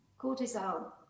Cortisol